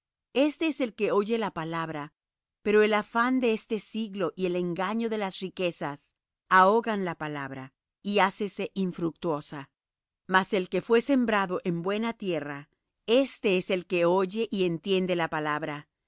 éste es el que oye la palabra pero el afán de este siglo y el engaño de las riquezas ahogan la palabra y hácese infructuosa mas el que fué sembrado en buena tierra éste es el que oye y entiende la palabra